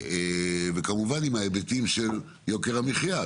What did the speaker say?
וכמובן יש כאן היבטים של יוקר המחיה,